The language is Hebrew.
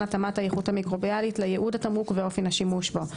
התאמת האיכות המיקרוביאלית לייעוד התמרוק ואופן השימוש בו,